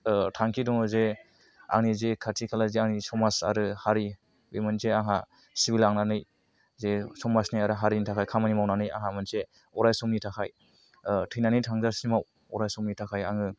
थांखि दङ जे आंनि जे खाथि खाला जे आंनि समाज आरो हारि बे मोनसे आंहा सिबिलांनानै जे समाजनि हारिनि थाखाय खामानि मावनानै आंहा मोनसे अराय समनि थाखाय थैनानै थांजासिमाव अराय समनि थाखाय आङो